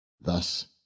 thus